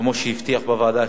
כמו שהבטיח בוועדה,